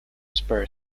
spur